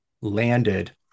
landed